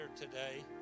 today